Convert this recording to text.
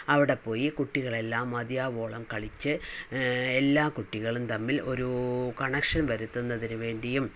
അവിടെ പോയി കുട്ടികൾ എല്ലാം മതിയാവോളം കളിച്ച് എല്ലാ കുട്ടികളും തമ്മിൽ ഒരു കണക്ഷൻ വരുത്തുന്നതിന് വേണ്ടിയും